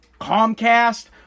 Comcast